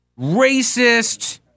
racist